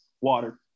Water